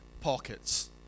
pockets